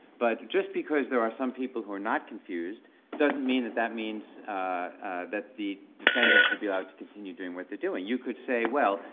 but just because there are some people who are not confused doesn't mean that that means that the defendant should be allowed doing what they're doing. you could say, well,